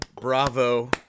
bravo